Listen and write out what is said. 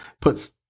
puts